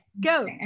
go